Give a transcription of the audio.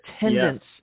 attendance